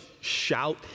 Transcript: shout